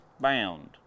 bound